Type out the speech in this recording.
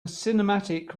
cinematic